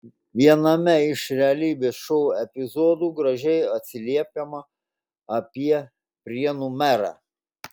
viename iš realybės šou epizodų gražiai atsiliepiama apie prienų merą